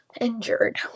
injured